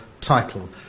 title